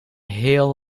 heel